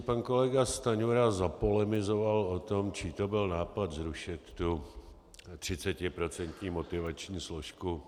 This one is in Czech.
Pan kolega Stanjura zapolemizoval o tom, čí to byl nápad zrušit tu třicetiprocentní motivační složku.